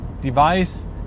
device